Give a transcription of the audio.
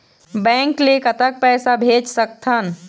Bank ले कतक पैसा भेज सकथन?